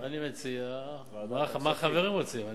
אני מציע - מה החברים רוצים?